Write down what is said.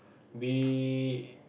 be